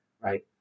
Right